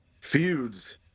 feuds